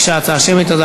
הממשלה ביקשה הצבעה שמית,